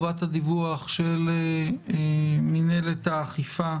אחרי פעילות מינהלת האכיפה